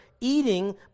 eating